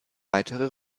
weitere